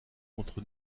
contre